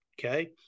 Okay